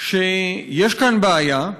שיש כאן בעיה,